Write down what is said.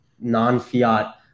non-fiat